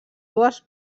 dues